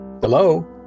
hello